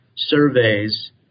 Surveys